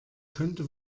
könnte